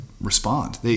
respond